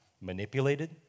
manipulated